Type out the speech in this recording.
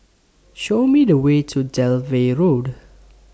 Show Me The Way to Dalvey Road